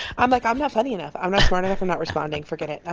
i'm like, i'm not funny enough. i'm not smart enough. i'm not responding. forget it. ah